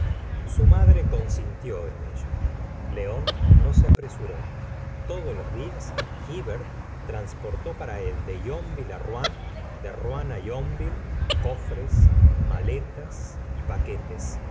su madre consintió en ello león no se apresuró todos los días hivert transportó para él de yonville á rouen de rouen á yonville cofres maletas y paquetes